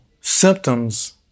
symptoms